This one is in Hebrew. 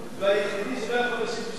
והיחידי שלא יכול להשיב בשם שר הביטחון זה הוא.